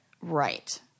right